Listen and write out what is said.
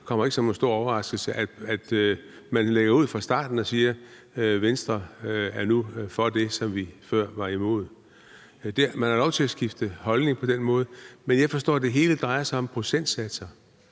det kommer ikke som nogen stor overraskelse. Man lagde fra starten ud med at sige, at Venstre nu er for det, som vi før var imod. Man har lov til at skifte holdning på den måde, men jeg forstår, at det hele drejer sig om procentsatser.